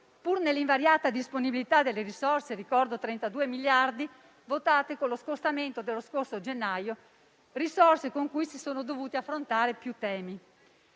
pur nell'invariata disponibilità delle risorse - ricordo 32 miliardi - votate con lo scostamento dello scorso gennaio, risorse con cui si sono dovuti affrontare più temi.